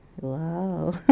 Wow